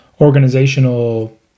organizational